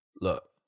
Look